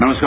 नमस्कार